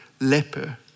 leper